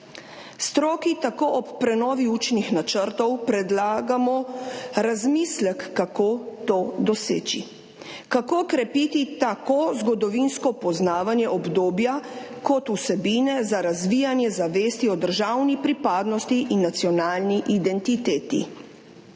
Stroki tako ob prenovi učnih načrtov predlagamo razmislek, kako to doseči, kako krepiti tako zgodovinsko poznavanje obdobja kot vsebine za razvijanje zavesti o državni pripadnosti in nacionalni identiteti.